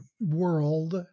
world